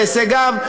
הישגיו,